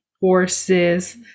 horses